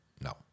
No